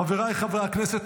חבריי חברי הכנסת,